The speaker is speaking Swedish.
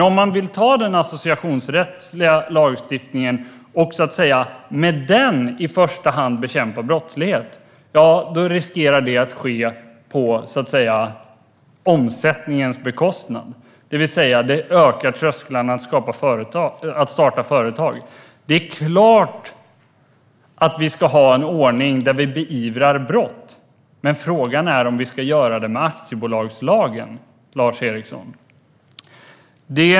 Om man vill ta den associationsrättsliga lagstiftningen och med den i första hand bekämpa brottslighet riskerar det att ske på omsättningens bekostnad. Det ökar trösklarna för att starta företag. Det är klart att vi ska ha en ordning där vi beivrar brott. Men frågan är om vi ska göra det med aktiebolagslagen, Lars Eriksson.